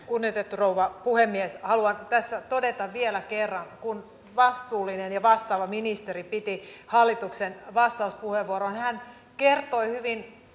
kunnioitettu rouva puhemies haluan tässä todeta vielä kerran että kun vastuullinen ja vastaava ministeri piti hallituksen vastauspuheenvuoroa hän kertoi hyvin